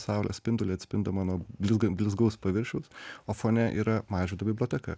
saulės spindulį atspindi mano blizgan blizgaus paviršiaus o fone yra mažvydo biblioteka